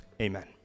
Amen